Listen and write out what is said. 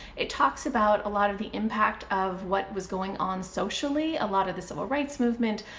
it talks about a lot of the impact of what was going on socially, a lot of the civil rights movement,